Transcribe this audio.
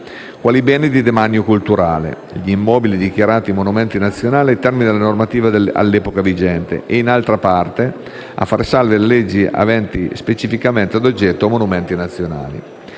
quali beni del demanio culturale, «gli immobili dichiarati monumenti nazionali a termini della normativa all'epoca vigente» e, in altra parte, a far salve le leggi aventi specificamente ad oggetto monumenti nazionali.